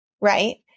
right